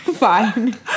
fine